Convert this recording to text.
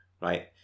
Right